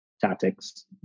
tactics